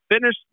finish